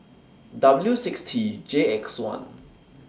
W six T J X one